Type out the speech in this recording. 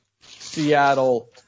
Seattle